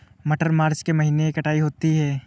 मटर मार्च के महीने कटाई होती है?